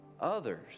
others